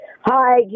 Hi